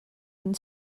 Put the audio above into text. une